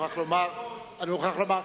אדוני היושב-ראש,